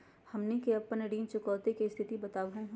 हमनी के अपन ऋण चुकौती के स्थिति बताहु हो?